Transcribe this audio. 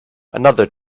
another